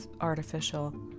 artificial